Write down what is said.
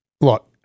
Look